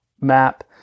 map